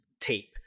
tape